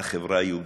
על החברה היהודית,